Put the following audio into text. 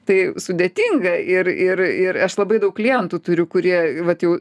tai sudėtinga ir ir ir aš labai daug klientų turiu kurie vat jau